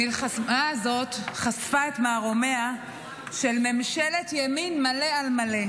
המלחמה הזאת חשפה את מערומיה של ממשלת הימין מלא על מלא.